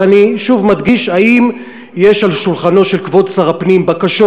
ואני שוב מדגיש: האם יש על שולחנו של כבוד שר הפנים בקשות